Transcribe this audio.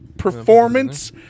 performance